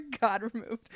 God-removed